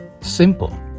Simple